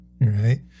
right